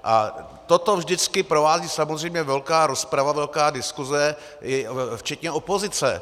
A toto vždycky provází samozřejmě velká rozprava, velká diskuze i včetně opozice.